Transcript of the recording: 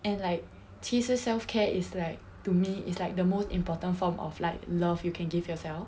and like 其实 self care is like to me is like the most important form of like love you can give yourself